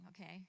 okay